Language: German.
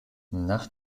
nach